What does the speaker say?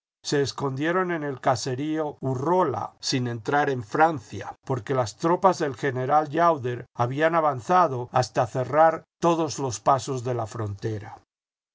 se escondieron en el caserío urrola sin entrar en francia porque las tropas del general llauder habían avanzado hasta cerrar todos los pasos de la frontera